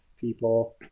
people